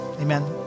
amen